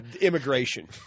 immigration